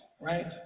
right